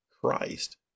Christ